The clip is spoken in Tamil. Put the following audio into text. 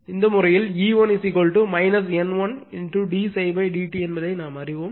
எனவே இந்த முறையில் E1 N1 d ∅ dt என்பதை நாம் அறிவோம்